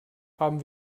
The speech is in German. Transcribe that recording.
haben